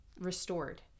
restored